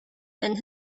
and